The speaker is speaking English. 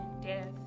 death